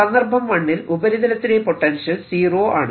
സന്ദർഭം 1 ൽ ഉപരിതലത്തിലെ പൊട്ടൻഷ്യൽ സീറോ ആണ്